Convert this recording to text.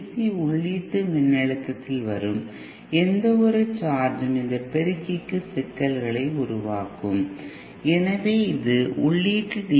C உள்ளீட்டு மின்னழுத்தத்தில் வரும் எந்தவொரு சர்ஜும் இந்த பெருக்கிக்கு சிக்கல்களை உருவாக்கும் எனவே இது உள்ளீட்டு டி